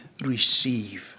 receive